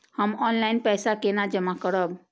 हम ऑनलाइन पैसा केना जमा करब?